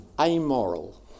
amoral